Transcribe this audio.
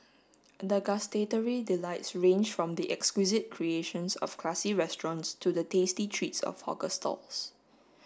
the gustatory delights range from the exquisite creations of classy restaurants to the tasty treats of hawker stalls